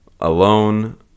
alone